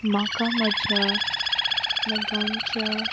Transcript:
म्हाका म्हज्या नगांच्या